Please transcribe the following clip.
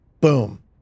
boom